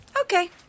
okay